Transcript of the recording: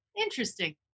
interesting